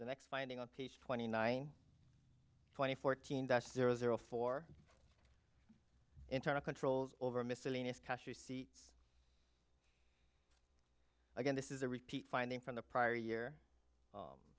the next finding on page twenty nine twenty fourteen that's zero zero four internal controls over miscellaneous cash receipts again this is a repeat finding from the prior year